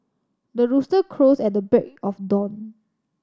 the rooster crows at the break of dawn